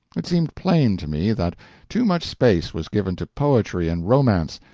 it seemed plain to me that too much space was given to poetry and romance,